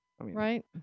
Right